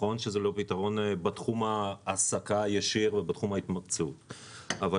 נכון שזה לא פתרון בתחום ההעסקה הישיר ובתחום ההתמקצעות שלהם,